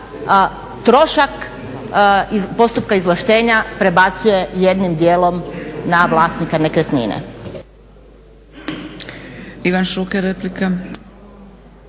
trošak postupka izvlaštenja prebacuje jednim dijelom na vlasnika nekretnine.